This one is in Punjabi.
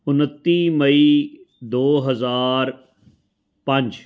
ਉਨੱਤੀ ਮਈ ਦੋ ਹਜ਼ਾਰ ਪੰਜ